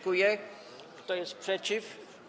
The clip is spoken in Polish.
Kto jest przeciw?